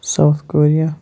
South Korea